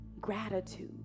gratitude